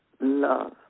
love